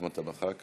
את אחמד אתה מחקת?